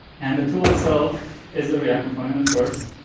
and the tool itself is a react component, of course.